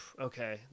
okay